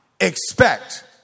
expect